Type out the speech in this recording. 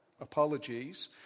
apologies